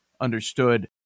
Understood